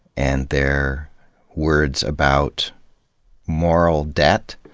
and their words about moral debt,